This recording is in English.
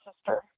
sister